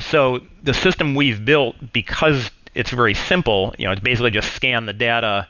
so the system we've built, because it's very simple, you know it basically just scan the data